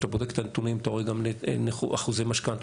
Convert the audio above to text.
כשאתה בודק את הנתונים אתה רואה גם אחוזי משכנתאות,